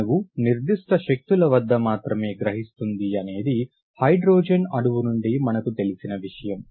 అణువు నిర్దిష్ట శక్తుల వద్ద మాత్రమే గ్రహిస్తుంది అనేది హైడ్రోజన్ అణువు నుండి మనకు తెలిసిన విషయము